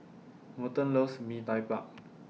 Merton loves Mee Tai Mak